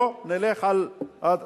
בוא נלך על זה,